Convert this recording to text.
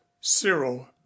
cyril